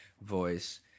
voice